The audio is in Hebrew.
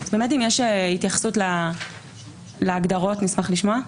אם יש התייחסות להגדרות, נשמח לשמוע.